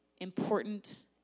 important